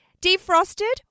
defrosted